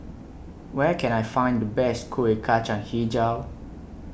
Where Can I Find The Best Kuih Kacang Hijau